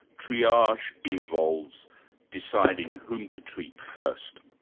triage involves deciding whom to treat first.